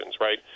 right